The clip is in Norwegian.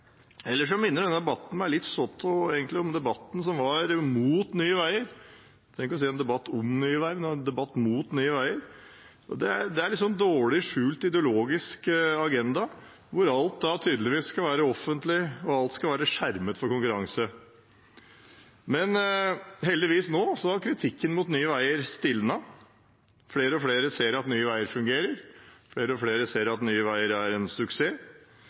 Ellers minner denne debatten meg egentlig litt om den debatten som var mot Nye veier – jeg trenger ikke å si debatten om Nye veier, men debatten mot Nye veier. Det er en litt dårlig skjult ideologisk agenda, hvor alt tydeligvis skal være offentlig, og alt skal være skjermet for konkurranse. Men heldigvis, nå har kritikken mot Nye veier stilnet. Flere og flere ser at Nye veier fungerer, flere og flere ser at Nye veier er en suksess,